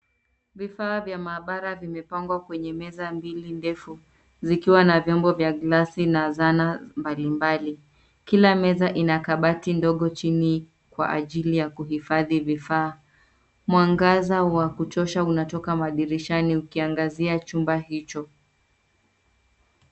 Vifaa vya maabara vimepangwa kwenye meza mbili ndefu zikiwa na vyombo vya glasi na zana mbalimbali. Kila meza ina kabati ndogo chini kwa ajili ya kuhifadhi vifaa. Mwangaza wa kutosha unatoka madirishani ukiangazia chumba hicho.